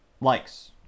likes